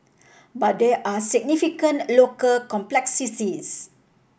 but there are significant local complexities